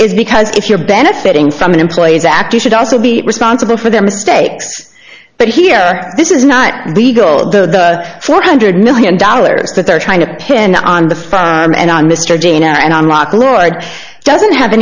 is because if you're benefiting from an employee's act you should also be responsible for their mistakes but here this is not legal of the four hundred million dollars that they're trying to pin on the farm and on mr dean and on rock lloyd doesn't have